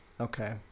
okay